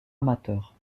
amateur